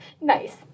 Nice